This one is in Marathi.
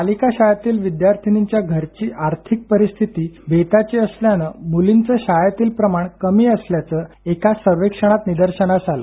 पालिका शाळेतील विद्यार्थिनींच्या घरची आर्थिक परिस्थिती बेताची असल्यानं मुलींचं शाळेतील प्रमाण कमी असल्याचं एका सर्वेक्षणात निदर्शनास आलं